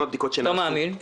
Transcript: לא מאמין,